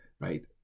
right